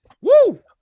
Woo